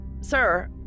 Sir